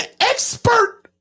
expert